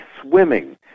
swimming